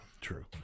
True